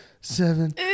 seven